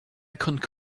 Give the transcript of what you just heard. couldn’t